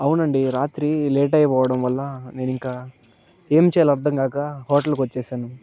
అవునండి రాత్రి లేటైపోవడం వల్ల నేనింకా ఏంచేయాలో అర్దం కాక హోటల్కి వచ్చేశాను